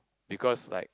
because like